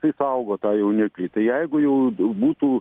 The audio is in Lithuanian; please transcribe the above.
tai saugo tą jauniklį tai jeigu jau būtų